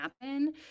happen